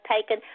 taken